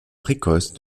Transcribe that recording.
précoce